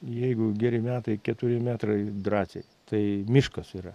jeigu geri metai keturi metrai drąsiai tai miškas yra